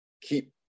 keep